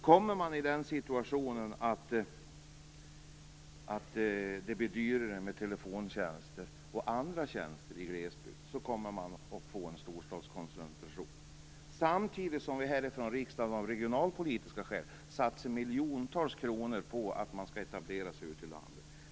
Kommer man i den situationen att det blir dyrare med telefontjänster och även andra tjänster i glesbygd, kommer man att få en storstadskoncentration. Samtidigt satsar vi från riksdagen av regionalpolitiska skäl miljontals kronor på att man skall etablera sig ute i landet.